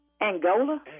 Angola